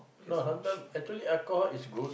no sometime actually alcohol is good